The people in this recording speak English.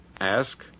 Ask